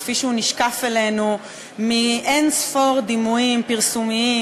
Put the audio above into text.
כפי שהוא נשקף אלינו מאין-ספור דימויים פרסומיים,